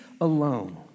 alone